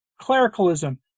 clericalism